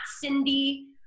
Cindy